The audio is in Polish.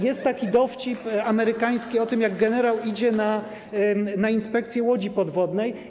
Jest taki dowcip amerykański, jak generał idzie na inspekcję łodzi podwodnej.